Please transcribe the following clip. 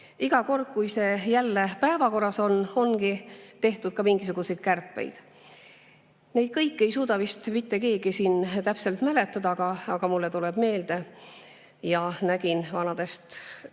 iga kord, kui see jälle päevakorral on, on tehtud ka mingisuguseid kärpeid. Neid kõiki ei suuda vist mitte keegi siin täpselt mäletada, aga mulle tuleb meelde ja nägin vanadest